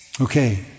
Okay